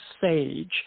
Sage